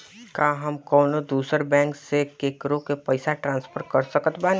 का हम कउनों दूसर बैंक से केकरों के पइसा ट्रांसफर कर सकत बानी?